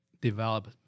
develop